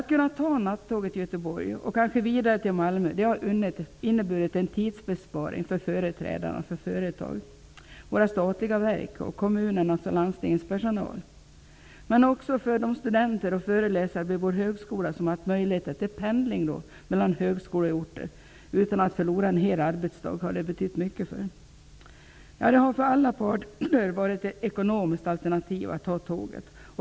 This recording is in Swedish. Att kunna ta nattåget till Göteborg och kanske vidare till Malmö har inneburit en tidsbesparing för företrädare för företag, våra statliga verk, kommunernas och landstingets personal. Också för studenter och föreläsare vid vår högskola har möjligheten till pendling mellan högskoleorter, utan att förlora en hel arbetsdag, betytt mycket. Det har för alla parter varit ett ekonomiskt alternativ att ta tåget.